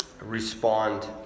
respond